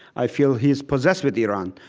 i feel he's possessed with iran.